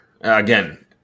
again